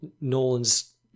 Nolan's